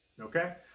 Okay